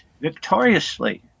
victoriously